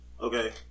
Okay